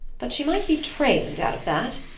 but she might be trained out of that.